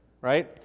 right